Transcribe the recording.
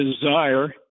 desire